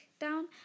down